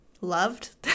loved